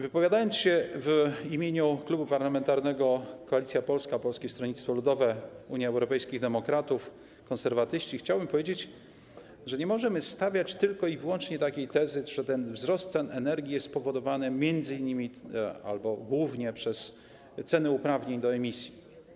Wypowiadając się w imieniu Klubu Parlamentarnego Koalicja Polska - Polskie Stronnictwo Ludowe, Unia Europejskich Demokratów, Konserwatyści, chciałbym powiedzieć, że nie możemy stawiać tylko i wyłącznie takiej tezy, że ten wzrost cen energii jest spowodowany m.in. albo głównie przez ceny uprawnień do emisji.